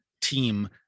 team